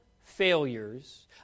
failures